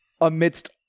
amidst